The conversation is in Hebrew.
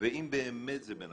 ואם באמת זה בנפשכם,